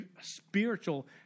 spiritual